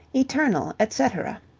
eternal, etc.